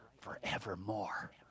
forevermore